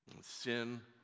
sin